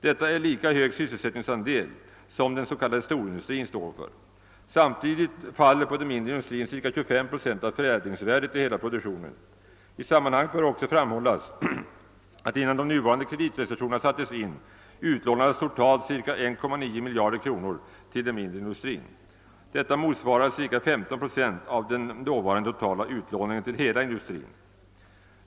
Detta är en lika hög sysselsättningsandel som den, som den s.k. storindustrin står för. Samtidigt faller på den mindre industrin cirka 25 procent av förädlingsvärdet i hela produktionen. I sammanhanget bör också framhållas, att innan de nuvarande kreditrestriktionerna sattes in totalt cirka 1,9 miljarder kronor utlånades till den mindre industrin. Detta motsvarar cirka 15 procent av den dåvarande totala utlåningen till hela industrin.